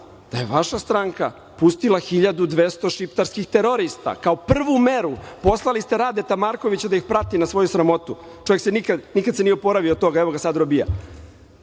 da je vaša stranka pustila 1.200 šiptarskih terorista, kao prvu meru. Poslali ste Radeta Markovića da ih prati na svoju sramotu, čovek se nikada nije oporavio od toga, evo ga sada robija.